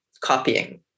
copying